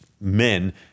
men